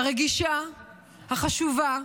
הרגישה, החשובה,